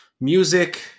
music